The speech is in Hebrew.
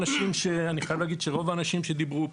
אני חייב להגיד שרוב האנשים שדיברו פה,